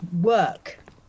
work